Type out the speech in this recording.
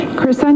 Chris